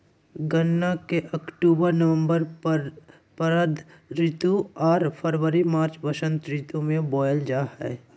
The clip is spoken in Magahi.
गन्ना के अक्टूबर नवम्बर षरद ऋतु आर फरवरी मार्च बसंत ऋतु में बोयल जा हइ